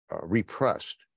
repressed